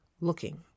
looking